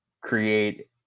create